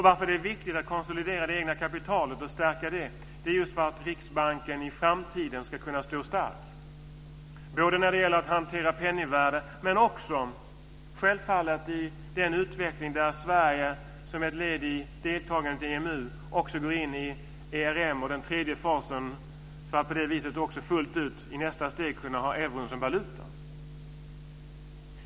Varför det är viktigt att konsolidera och stärka det egna kapitalet är för att Riksbanken i framtiden ska kunna stå stark, både när det gäller att hantera penningvärdet men också i den utveckling där Sverige som ett led i deltagandet i EMU också går in i den tredje fasen av ERM för att i nästa steg kunna ha euro som valuta.